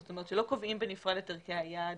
זאת אומרת שלא קובעים בנפרד את ערכי היעד